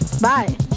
Bye